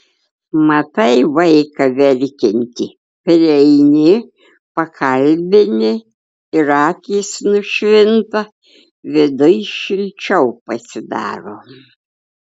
matai vaiką verkiantį prieini pakalbini ir akys nušvinta viduj šilčiau pasidaro